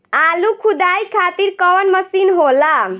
आलू खुदाई खातिर कवन मशीन होला?